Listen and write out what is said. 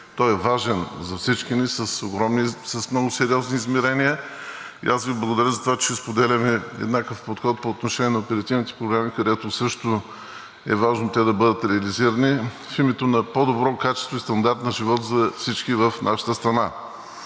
той е важен за всички ни с много сериозни измерения. Благодаря Ви за това, че споделяме еднакъв подход по отношение на оперативните програми, където също е важно те да бъдат реализирани в името на по-добро качество и стандарт на живот за всички в нашата страна.